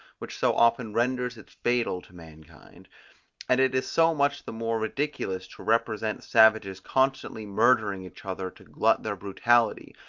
which so often renders it fatal to mankind and it is so much the more ridiculous to represent savages constantly murdering each other to glut their brutality,